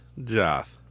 Joth